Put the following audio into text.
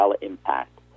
impact